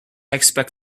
expect